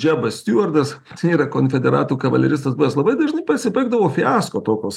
džebas stiuardas tai yra konfederatų kavaleristas buvęs labai dažnai pasibaigdavo fiasko tokios